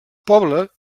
pobla